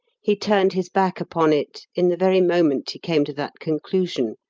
he turned his back upon it in the very moment he came to that conclusion,